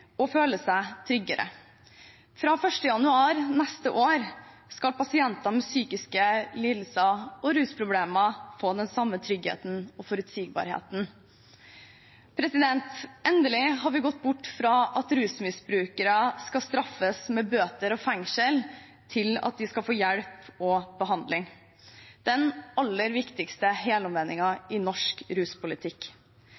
og føler seg tryggere. Fra 1. januar neste år skal pasienter med psykiske lidelser og rusproblemer få den samme tryggheten og forutsigbarheten. Endelig har vi gått bort fra at rusmisbrukere skal straffes med bøter og fengsel, til at de skal få hjelp og behandling – den aller viktigste